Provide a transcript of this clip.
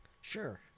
Sure